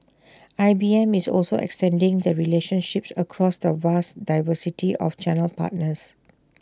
I B M is also extending the relationships across the vast diversity of channel partners